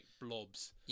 blobs